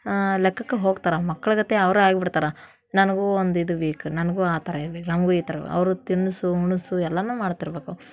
ಲೆಕ್ಕಕ್ಕೆ ಹೋಗ್ತಾರೆ ಮಕ್ಳು ಗತೆ ಅವರು ಆಗ್ಬಿಡ್ತಾರೆ ನನಗೂ ಒಂದು ಇದು ಬೇಕು ನನ್ಗೂ ಆ ಥರ ಇರ್ಬೇಕು ನಮ್ಗೂ ಈ ಥರ ಬೇಕು ಅವ್ರ ತಿನಿಸು ಮುನ್ಸು ಎಲ್ಲನೂ ಮಾಡ್ತಿರಬೇಕು